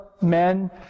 men